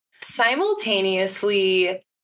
simultaneously